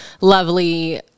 lovely